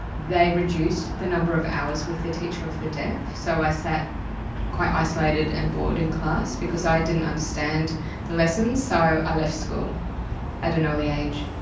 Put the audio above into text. they reduced the number of hours with the teacher of the deaf, so i sat quite isolated and bored in class, because i didn't understand the lessons, so i left school at an early age.